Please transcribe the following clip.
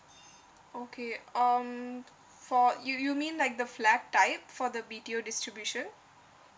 okay um for you you mean like the flat type for the B_T_O distribution